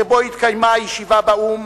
שבו התקיימה הישיבה באו"ם,